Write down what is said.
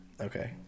Okay